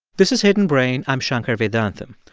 this is hidden brain. i'm shankar vedantam.